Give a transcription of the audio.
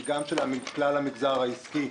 היא גם של כלל המגזר העסקי.